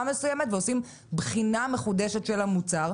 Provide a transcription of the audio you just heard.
מסוימת ועושים בחינה מחודשת של המוצר,